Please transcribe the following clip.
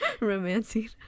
romancing